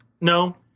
No